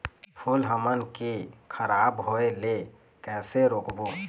फूल हमन के खराब होए ले कैसे रोकबो?